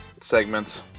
segments